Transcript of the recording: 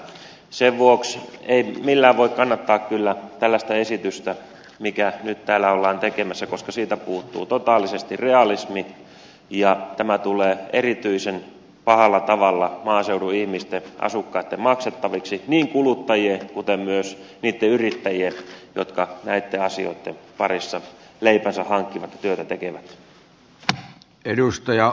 sen vuoksi ei millään voi kannattaa kyllä tällaista esitystä mitä nyt täällä ollaan tekemässä koska siitä puuttuu totaalisesti realismi ja tämä tulee erityisen pahalla tavalla maaseudun ihmisten asukkaitten maksettavaksi niin kuluttajien kuten myös niitten yrittäjien jotka näitten asioitten parissa leipänsä hankkivat ja työtä tekevät